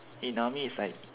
in army is like